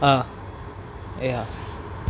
હા એ હા